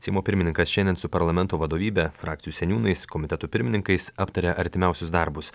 seimo pirmininkas šiandien su parlamento vadovybe frakcijų seniūnais komitetų pirmininkais aptarė artimiausius darbus